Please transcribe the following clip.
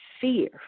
fear